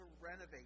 renovate